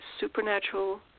supernatural